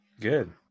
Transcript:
Good